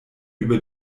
über